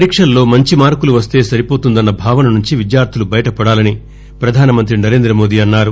పరీక్షలలో మంచి మార్కులు వస్తే సరిపోతుందన్న భావన నుంచి విద్యార్లులు బయటపడ్డాలని పధానమంతి నరేందమోదీ అన్నారు